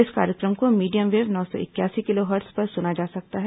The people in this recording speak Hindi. इस कार्यक्रम को मीडियम वेव नौ सौ इकयासी किलोहर्ट्ज पर सुना जा सकता है